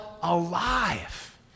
alive